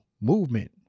movement